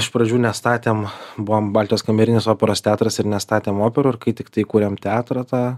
iš pradžių nestatėm buvom baltijos kamerinis operos teatras ir nestatėm operų ir kai tiktai įkūrėm teatrą tą